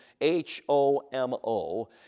H-O-M-O